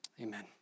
Amen